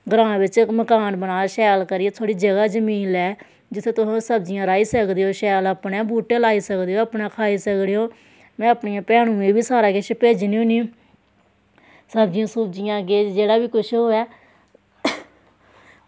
ग्रांऽ बिच्च इक मकान बनाऽ शैल करियै थोह्ड़ी जगह् जमीन लै जित्थें तुस सब्जियां राही सकदे ओ शैल अपने बूह्टे लाई सकदे ओ अपने खाई सकने ओ में अपनी भैनू दे बी सारा किश भेजनी होन्नी सब्जियां सूब्जियां किश जेह्ड़ा बी किश होऐ